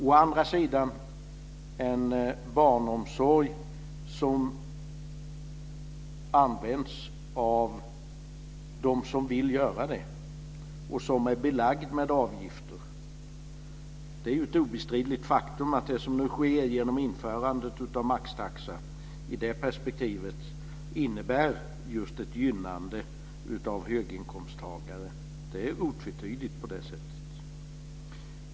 Å andra sidan finns det en avgiftsbelagd barnomsorg som utnyttjas av dem som vill utnyttja den. Det är ett obestridligt faktum att det som nu sker genom införande av maxtaxa innebär just ett gynnande av höginkomsttagare. Det är otvetydigt på det sättet.